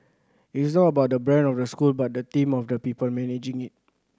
it's not about the brand of the school but the team of people managing it